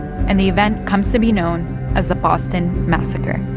and the event comes to be known as the boston massacre